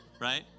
right